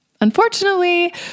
Unfortunately